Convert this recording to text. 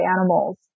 animals